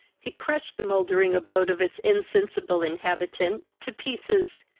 he crushed the mouldring abode of its insensible inhabitant to pieces,